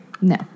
No